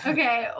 Okay